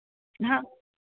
हाँ